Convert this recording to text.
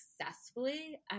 successfully